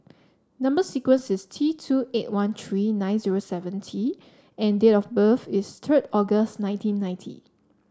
number sequence is T two eight one three nine zero seven T and date of birth is third August nineteen ninety